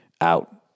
out